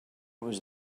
was